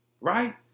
Right